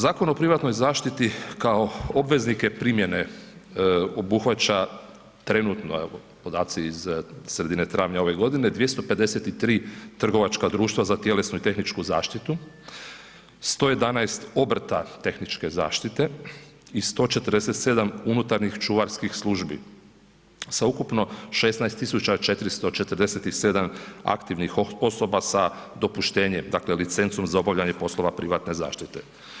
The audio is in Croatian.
Zakon o privatnoj zaštiti kao obveznike primjene obuhvaća trenutno evo, podaci iz sredine travnja ove godine, 253 trgovačka društva za tjelesnu i tehničku zaštitu, 111 obrta tehničke zaštite i 147 unutarnjih čuvarskih služni sa ukupno 16 447 aktivnih osoba sa dopuštenjem dakle licencom za obavljanje poslova privatne zaštite.